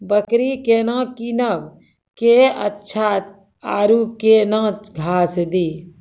बकरी केना कीनब केअचछ छ औरू के न घास दी?